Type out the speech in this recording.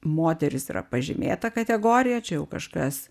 moterys yra pažymėta kategorija čia jau kažkas